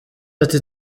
ati